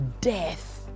death